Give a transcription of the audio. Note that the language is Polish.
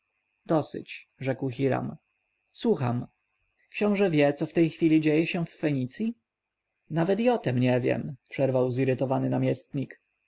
dosyć rzekł hiram słucham książę wie co w tej chwili dzieje się w fenicji nawet i o tem nie wiem przerwał zirytowany namiestnik